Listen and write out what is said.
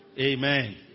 Amen